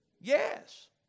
Yes